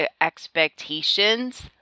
expectations